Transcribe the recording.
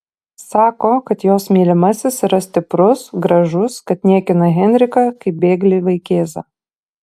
sako kad jos mylimasis yra stiprus gražus kad niekina henriką kaip bėglį vaikėzą